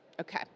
Okay